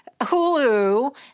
Hulu